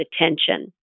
attention